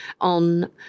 on